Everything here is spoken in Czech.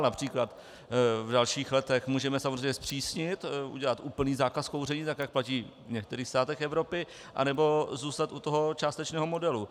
Například v dalších letech můžeme samozřejmě zpřísnit, udělat úplný zákaz kouření tak, jak platí v některých státech Evropy, anebo zůstat u toho částečného modelu.